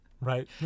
Right